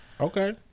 okay